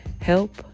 help